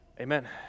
Amen